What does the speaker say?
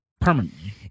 permanently